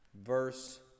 verse